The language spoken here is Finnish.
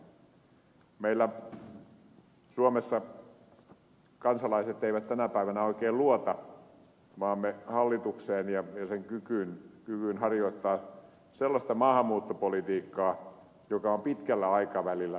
meillä suomessa kansalaiset eivät tänä päivänä oikein luota maamme hallitukseen ja sen kykyyn harjoittaa sellaista maahanmuuttopolitiikkaa joka on pitkällä aikavälillä kestävää